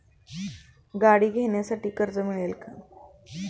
गाडी घेण्यासाठी कर्ज मिळेल का?